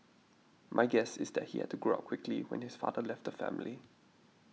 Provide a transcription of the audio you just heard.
my guess is that he had to grow up quickly when his father left family